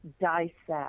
dissect